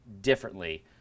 differently